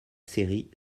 série